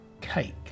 cake